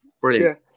Brilliant